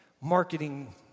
marketing